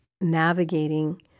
navigating